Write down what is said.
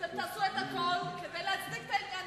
ואתם תעשו הכול כדי להצדיק את העניין.